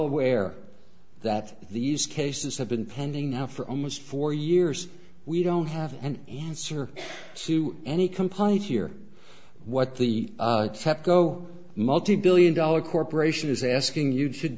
aware that these cases have been pending now for almost four years we don't have an answer to any component here what the tepco multi billion dollar corporation is asking you